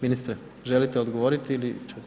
Ministre, želite li odgovoriti ili?